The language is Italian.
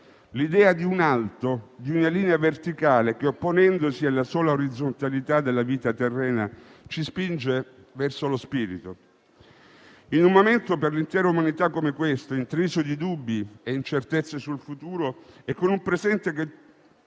l'idea di un alto, di una linea verticale che, opponendosi alla sola orizzontalità della vita terrena, ci spinge verso lo spirito. In un momento per l'intera umanità come questo, intriso di dubbi e incertezze sul futuro, e con un presente che